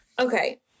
Okay